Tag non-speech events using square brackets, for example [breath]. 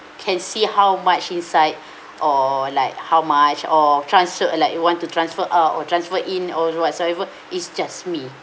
can see how much inside [breath] or like how much or transferred uh like you want to transfer out or transfer in or whatsoever [breath] it's just me